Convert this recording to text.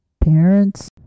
parents